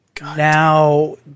Now